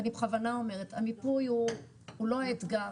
אני בכוונה אומרת: המיפוי הוא לא האתגר,